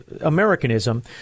Americanism